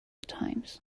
times